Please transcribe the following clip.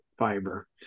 fiber